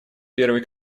первый